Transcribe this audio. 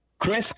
Chris